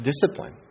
discipline